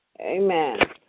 Amen